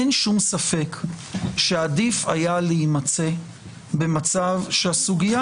אין שום ספק שעדיף היה להימצא במצב שהסוגיה